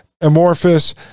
amorphous